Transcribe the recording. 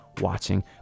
watching